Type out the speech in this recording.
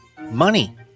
money